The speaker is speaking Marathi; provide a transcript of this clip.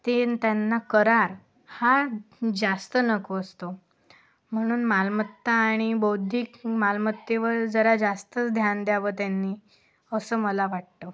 ते त्यांना करार हा जास्त नको असतो म्हणून मालमत्ता आणि बौद्धिक मालमत्तेवर जरा जास्तच ध्यान द्यावं त्यांनी असं मला वाटतं